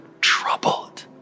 troubled